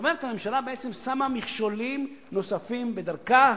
כלומר הממשלה בעצם שמה מכשולים נוספים בדרכה,